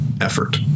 effort